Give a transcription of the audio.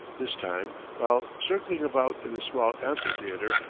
this time, while circling about in the small amphitheatre,